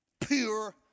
pure